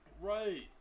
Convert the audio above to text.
Right